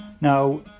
Now